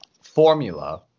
formula